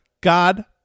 God